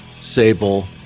Sable